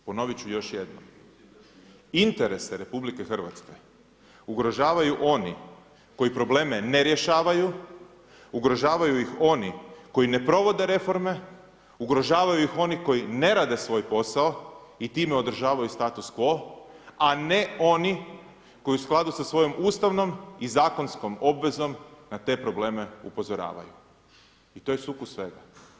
Ponoviti ću još jednom, interese RH, ugrožavaju oni koji probleme ne rješavaju, ugrožavaju ih oni koji ne provode reforme, ugrožavaju ih oni koji ne rade svoj posao i time održavaju status quo a ne oni koji u skladu sa svojom ustavnom i zakonskom obvezom na te probleme upozoravaju i to je sukus svega.